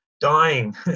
dying